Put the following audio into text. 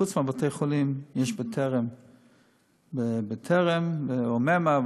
חוץ מבתי-החולים יש טר"ם ברוממה,